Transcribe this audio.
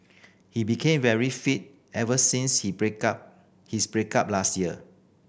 he became very fit ever since he break up his break up last year